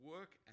Work